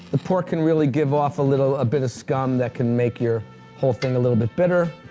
the pork can really give off a little ah bit of scum that can make your whole thing a little bit bitter,